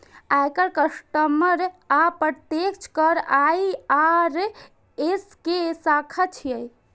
आयकर, कस्टम आ अप्रत्यक्ष कर आई.आर.एस के शाखा छियै